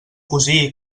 cosí